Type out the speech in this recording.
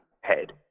head